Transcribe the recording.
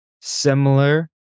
similar